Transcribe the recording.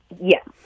Yes